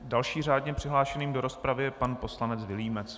Dalším řádně přihlášeným do rozpravy je pan poslanec Vilímec.